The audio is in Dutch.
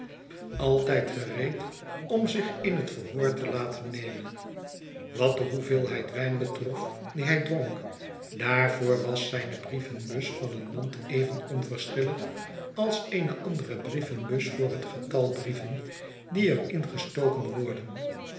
altijd gereed om zich in het verhoor te laten nemen wat de hoeveelheid wijn betrof dien hij dronk daarvoor was zijne brievenbus van een mond even onverschillig als eene andere brievenbus voor het getal brieven die er in gestoken worden